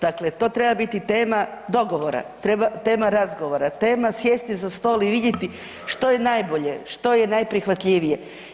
Dakle, to treba biti tema dogovora, tema razgovora, tema sjesti za stol i vidjeti što je najbolje, što je najprihvatljivije.